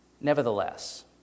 Nevertheless